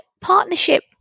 partnership